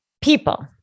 people